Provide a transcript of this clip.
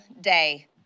day